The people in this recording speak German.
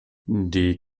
die